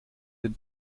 den